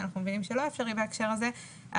שאנחנו מבינים שלא אפשרי בהקשר הזה,